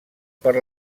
per